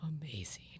amazing